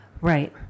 Right